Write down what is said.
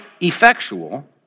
effectual